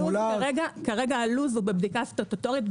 כרגע לוח הזמנים בבדיקה סטטוטורית.